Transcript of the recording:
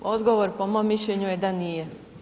Odgovor po mom mišljenju je da nije.